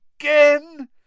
again